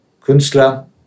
Künstler